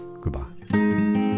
goodbye